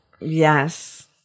Yes